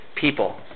people